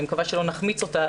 אני מקווה שלא נחמיץ אותה,